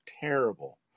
terrible